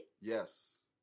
Yes